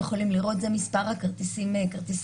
המגבלה, כפי